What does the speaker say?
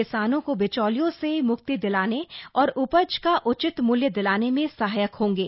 किसानों को बिचौलियों से मुक्ति दिलाने और उपज का उचित मूल्य दिलाने में सहायक होंगे